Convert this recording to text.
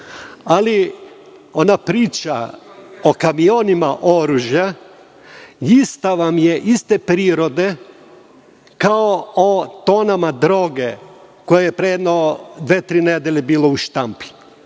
ona priča o kamionima oružja ista vam je, iste prirode kao o tonama droge koja je pre jedno dve, tri nedelje bila u štampi.